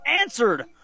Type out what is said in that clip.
answered